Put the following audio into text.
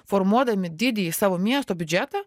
formuodami didįjį savo miesto biudžetą